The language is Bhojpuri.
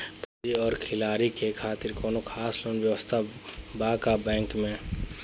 फौजी और खिलाड़ी के खातिर कौनो खास लोन व्यवस्था बा का बैंक में?